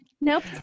Nope